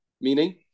meaning